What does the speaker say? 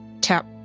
tap